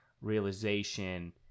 realization